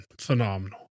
phenomenal